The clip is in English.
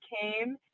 came